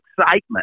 excitement